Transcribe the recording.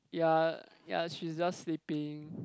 ya ya she's just sleeping